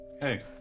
Hey